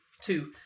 Two